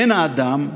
אין האדם,